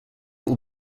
will